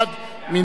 מי נגד?